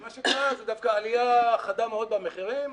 ומה שקרה הוא דווקא עלייה חדה מאוד במחירים,